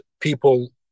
people